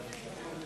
של עובד ציבור),